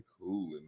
cool